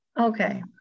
Okay